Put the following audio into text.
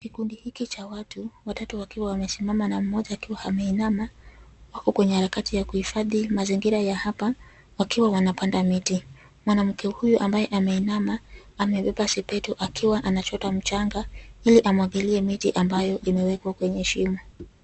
Kikundi hiki cha watu, watatu wakiwa wamesimama na mmoja akiwa ameinama, wako kwenye harakati ya kuhifadhi mazingira ya hapa wakiwa wanapanda miti. Mwanamke huyo ambaye ameinama amebeba sepetu akiwa anachota mchanga ili amwagilie miche ambayo imewekwa kwenye shimo.